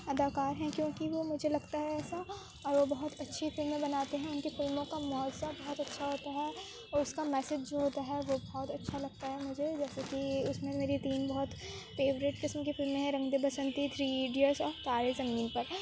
اداکار ہیں کیونکہ وہ مجھے لگتا ہے ایسا اور وہ بہت اچھی فلمیں بناتے ہیں ان کی فلموں کا موضوع بہت اچھا ہوتا ہے اور اس کا میسج جو ہوتا ہے وہ بہت اچھا لگتا ہے مجھے جیسے کہ اس میں میری تین بہت فیورٹ قسم کی فلمیں ہیں رنگ دے بسنتی تھری ایڈیٹس اور تارے زمین پر